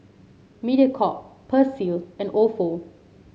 Mediacorp Persil and ofo